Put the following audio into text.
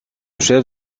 chef